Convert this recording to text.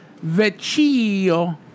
Vecchio